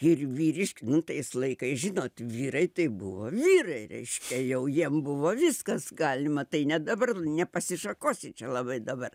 ir vyriškį tais laikais žinot vyrai tai buvo vyrai reiškia jau jiem buvo viskas galima tai ne dabar nepasišakosi čia labai dabar